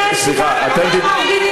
אתם הלהטתם את המפגינים.